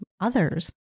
others